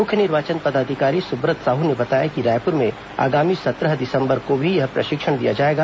मुख्य निर्वाचन पदाधिकारी सुब्रत साहू ने बताया कि रायपुर में आगामी सत्रह दिसंबर को भी यह प्रशिक्षण दिया जाएगा